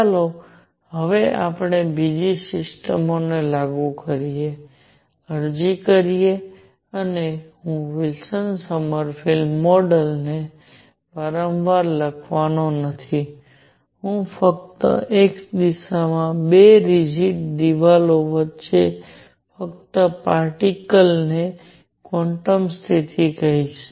ચાલો હવે આપણે બીજી સિસ્ટમોને લાગુ કરીએ અરજી કરીએ અને હું વિલ્સન સોમરફેલ્ડને વારંવાર લખવાનો નથી હું ફક્ત x દિશામાં બે રિજીડ દિવાલો વચ્ચે ફરતા પાર્ટીકલ્સ ને ક્વોન્ટમ સ્થિતિ કહીશ